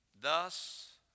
thus